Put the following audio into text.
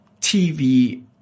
TV